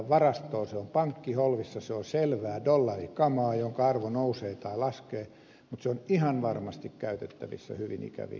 se on pankkiholvissa se on selvää dollarikamaa jonka arvo nousee tai laskee mutta se on ihan varmasti käytettävissä hyvin ikäviin tarkoituksiin